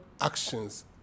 actions